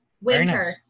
Winter